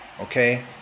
Okay